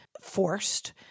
forced